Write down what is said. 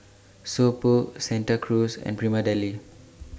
So Pho Santa Cruz and Prima Deli